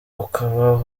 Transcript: ukaba